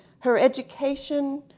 her education,